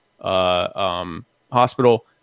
hospital